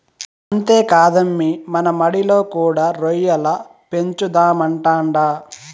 అంతేకాదమ్మీ మన మడిలో కూడా రొయ్యల పెంచుదామంటాండా